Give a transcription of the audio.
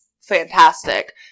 fantastic